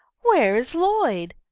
where is lloyd?